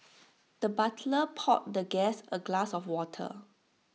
the butler poured the guest A glass of water